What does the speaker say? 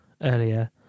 earlier